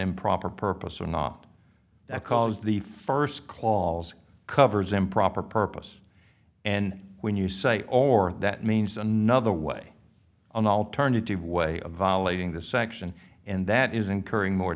improper purpose or not that calls the first clause covers improper purpose and when you say or that means another way an alternative way of violating the sanction and that is incurring more